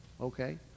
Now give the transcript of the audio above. okay